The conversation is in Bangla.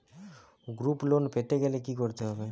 গ্রুপ লোন পেতে গেলে কি করতে হবে?